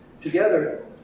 Together